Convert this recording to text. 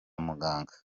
muganga